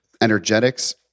energetics